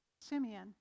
Simeon